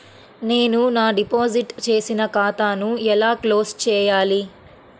నేను నా డిపాజిట్ చేసిన ఖాతాను ఎలా క్లోజ్ చేయాలి?